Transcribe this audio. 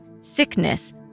sickness